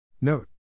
Note